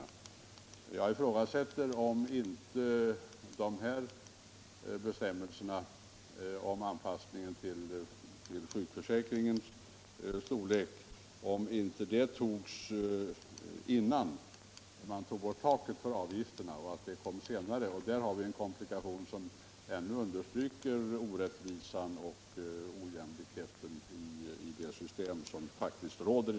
Jag ifrågasätter om inte bestämmelserna om anpassningen till sjukförsäkringens storlek utformades innan man tog bort taket för avgifterna. Där har vi en komplikation som understryker orättvisan och ojämlikheten i det system som faktiskt råder.